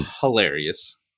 hilarious